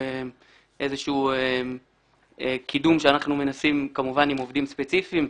איזשהו קידום שאנחנו מנסים עם עובדים ספציפיים.